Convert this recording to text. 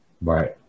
Right